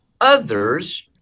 others